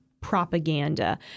propaganda